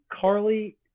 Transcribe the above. Carly